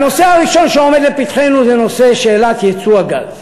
והנושא הראשון שעומד לפתחנו זה שאלת ייצוא הגז.